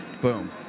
boom